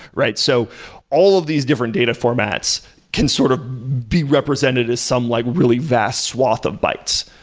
right? so all of these different data formats can sort of be represented as some like really vast swath of bites,